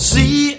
See